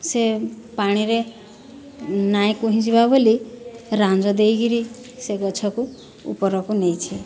ସେ ପାଣିରେ ନାଇଁ କୁହି ଯିବା ବୋଲି ରାଞ୍ଜ ଦେଇକିରି ସେ ଗଛକୁ ଉପରକୁ ନେଇଛି